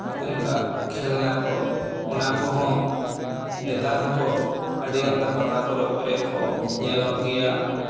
ᱚᱱᱠᱟ ᱠᱷᱮᱞᱱᱟ ᱠᱚ ᱚᱱᱟ ᱠᱚᱦᱚᱸ ᱱᱮᱛᱟᱨ ᱦᱚᱸᱠᱚ ᱟᱹᱰᱤ ᱟᱢᱫᱟ ᱯᱟᱛᱟ ᱯᱚᱨᱚᱵᱽ ᱠᱚᱨᱮ ᱠᱚ ᱧᱮᱞᱚᱜ ᱜᱮᱭᱟ